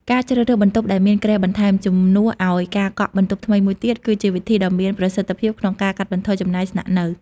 ការជ្រើសរើសបន្ទប់ដែលមានគ្រែបន្ថែម ជំនួសឱ្យការកក់បន្ទប់ថ្មីមួយទៀត គឺជាវិធីដ៏មានប្រសិទ្ធភាពក្នុងការកាត់បន្ថយចំណាយស្នាក់នៅ។